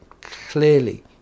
clearly